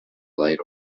light